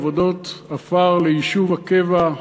עבודות עפר ליישוב הקבע,